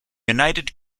united